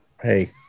hey